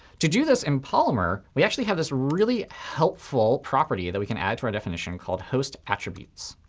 to do this in polymer, we actually have this really helpful property that we can add to our definition called host attributes.